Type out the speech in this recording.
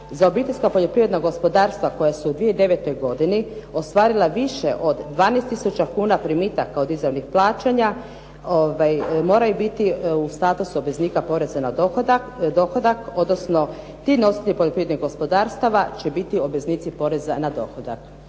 za obiteljska poljoprivredna gospodarstva koja su u 2009. godini ostvarila više od 12 tisuća kuna primitaka od izvornih plaćanja moraju biti u statusu obveznika poreza na dohodak, odnosno ti nositelji poljoprivrednih gospodarstava će biti obveznici poreza na dohodak.